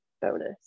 bonus